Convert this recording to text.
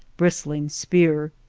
bristling spear.